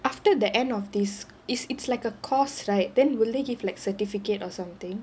after the end of this i~ it's like a course right then will they give you like certificate or something